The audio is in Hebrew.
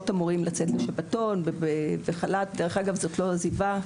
המורים לצאת לשבתון וחל"ת דרך אגב זה לא עזיבה,